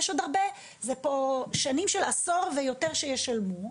מדובר על שנים של עשור ויותר שישלמו,